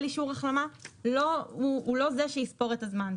אישור החלמה הוא לא זה שיספור את הזמן.